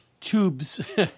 tubes